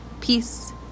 peace